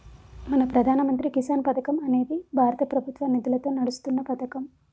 మన ప్రధాన మంత్రి కిసాన్ పథకం అనేది భారత ప్రభుత్వ నిధులతో నడుస్తున్న పతకం